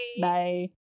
bye